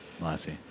Lassie